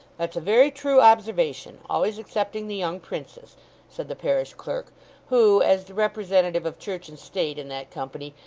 that's a very true observation, always excepting the young princes said the parish-clerk, who, as the representative of church and state in that company,